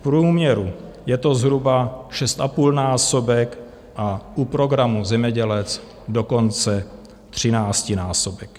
V průměru je to zhruba 6,5násobek a u programu Zemědělec dokonce 13násobek.